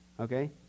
okay